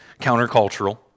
countercultural